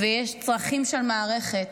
יש צרכים של מערכת,